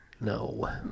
No